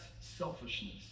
selfishness